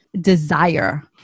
desire